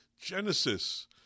Genesis